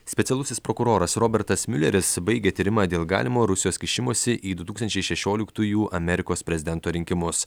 specialusis prokuroras robertas miuleris baigė tyrimą dėl galimo rusijos kišimosi į du tūkstančiai šešioliktųjų amerikos prezidento rinkimus